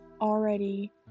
already